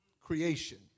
Creation